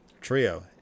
trio